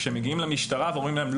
כשהם מגיעים למשטרה ואומרים להם,